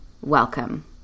Welcome